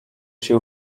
sił